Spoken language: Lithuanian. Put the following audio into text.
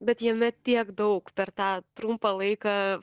bet jame tiek daug per tą trumpą laiką